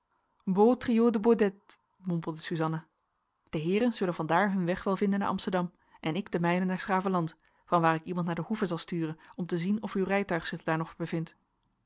suzanna de heeren zullen van daar hun weg wel vinden naar amsterdam en ik den mijnen naar s gravenland vanwaar ik iemand naar de hoeve zal sturen om te zien of uw rijtuig zich daar nog bevindt